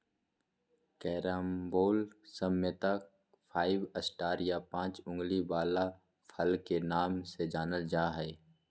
carambola सामान्यत five star या पाँच उंगली वला फल के नाम से जानल जा हय